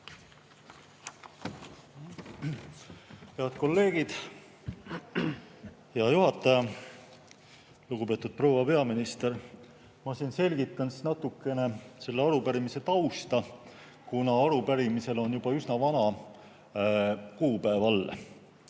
Head kolleegid! Hea juhataja! Lugupeetud proua peaminister! Ma siis selgitan natukene selle arupärimise tausta, kuna arupärimisel on juba üsna vana kuupäev all.